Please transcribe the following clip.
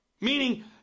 Meaning